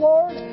Lord